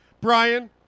Brian